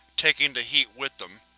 taking the heat with them.